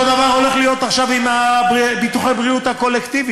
אותו דבר הולך להיות עכשיו עם ביטוחי הבריאות הקולקטיביים.